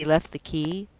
has he left the key?